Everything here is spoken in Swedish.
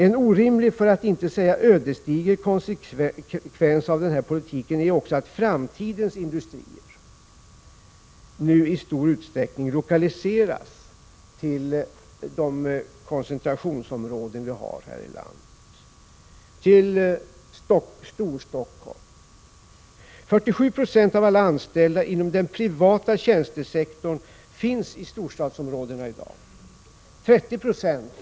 En orimlig för att inte säga ödesdiger följd av regeringens politik är också att framtidens industrier nu i allt större utsträckning lokaliseras till de koncentrationsområden vi har här i landet, främst till Storstockholm. 47 96 av alla anställda inom den privata tjänstesektorn finns i dag i storstadsområdena, 30 90 i Stockholm.